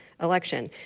election